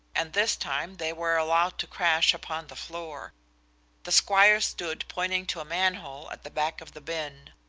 and this time they were allowed to crash upon the floor the squire stood pointing to a manhole at the back of the bin.